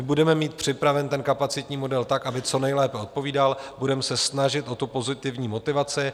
Budeme mít připraven kapacitní model tak, aby co nejlépe odpovídal, budeme se snažit o pozitivní motivaci.